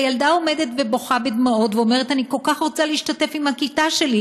והילדה עומדת ובוכה בדמעות ואומרת: אני כל כך רוצה להשתתף עם הכיתה שלי,